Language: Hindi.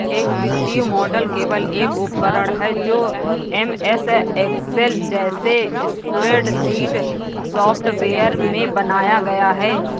एक वित्तीय मॉडल केवल एक उपकरण है जो एमएस एक्सेल जैसे स्प्रेडशीट सॉफ़्टवेयर में बनाया गया है